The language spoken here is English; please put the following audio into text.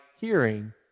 hearing